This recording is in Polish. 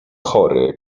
chory